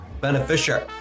beneficiary